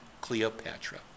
Cleopatra